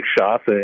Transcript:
shots